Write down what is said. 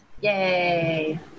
Yay